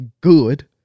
good